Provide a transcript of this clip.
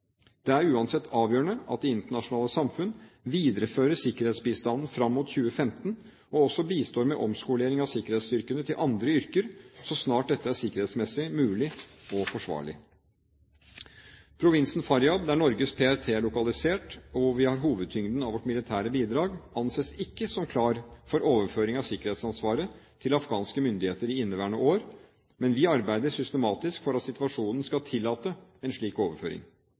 Det er uansett avgjørende at det internasjonale samfunn viderefører sikkerhetsbistanden fram mot 2015, og også bistår med omskolering av sikkerhetsstyrkene til andre yrker så snart dette er sikkerhetsmessig mulig og forsvarlig. Provinsen Faryab – der Norges PRT er lokalisert, og hvor vi har hovedtyngden av vårt militære bidrag – anses ikke som klar for overføring av sikkerhetsansvaret til afghanske myndigheter i inneværende år, men vi arbeider systematisk for at situasjonen skal tillate en slik overføring.